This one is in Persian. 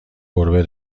گربه